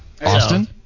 Austin